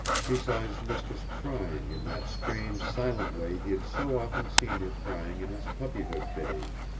he saw his mistress crying in that strange, silent way he had so often seen her crying in his puppyhood days.